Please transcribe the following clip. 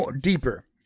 deeper